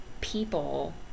people